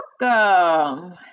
welcome